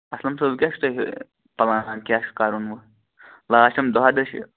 اَسلَم صٲب وۅنۍ کیٛاہ چھُ تۄہہِ پُلان کیٛاہ چھُ کَرُن وۅنۍ لاسٹِم دہ دۄہ چھِ